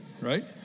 right